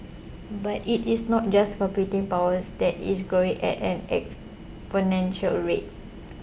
but it is not just computing power that is growing at an exponential rate